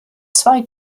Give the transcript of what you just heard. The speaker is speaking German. zwei